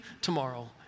tomorrow